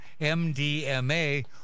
MDMA